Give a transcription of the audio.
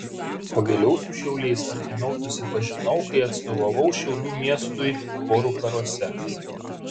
o vėliau su šiauliais artimiau susipažinau kai atstovavau šiaulių miestui chorų karuose